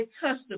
customer